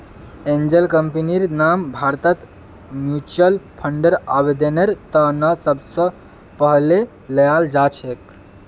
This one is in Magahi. एंजल कम्पनीर नाम भारतत म्युच्युअल फंडर आवेदनेर त न सबस पहले ल्याल जा छेक